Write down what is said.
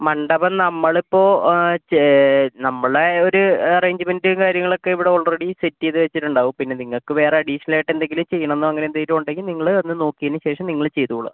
മണ്ഡപം നമ്മളിപ്പോൾ ചെ നമ്മൾടെ ഒരു അറേഞ്ച്മെൻറ്റ്സ് കാര്യങ്ങളൊക്കെ ഇവിടെ ആൾറെഡി സെറ്റ് ചെയ്ത് വെച്ചിട്ടുണ്ടാവും പിന്നെ നിങ്ങക്ക് വേറെ അഡിഷണലായിട്ടെന്തെങ്കിലും ചെയ്യണന്നോ അങ്ങനെന്തേലുണ്ടെങ്കിൽ നിങ്ങൾ വന്ന് നോക്കിയതിന് ശേഷം നിങ്ങൾ ചെയ്തോളു